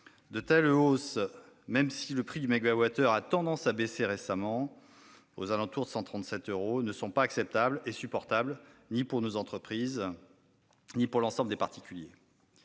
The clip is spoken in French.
De telles hausses, même si le prix du mégawattheure a eu tendance à baisser récemment, aux alentours de 137 euros, ne sont acceptables et supportables ni pour nos entreprises ni pour l'ensemble des particuliers.